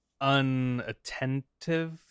unattentive